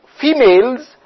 Females